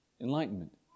Enlightenment